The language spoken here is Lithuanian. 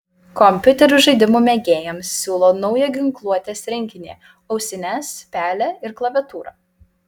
kompiuterių žaidimų mėgėjams siūlo naują ginkluotės rinkinį ausines pelę ir klaviatūrą